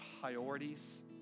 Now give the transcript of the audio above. priorities